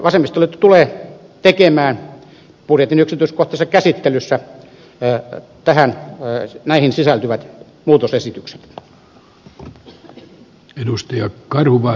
vasemmistoliitto tulee tekemään budjetin yksityiskohtaisessa käsittelyssä näihin sisältyvät muutosesitykset